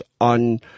on